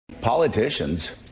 Politicians